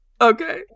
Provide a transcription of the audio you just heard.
Okay